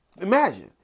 Imagine